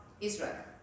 Israel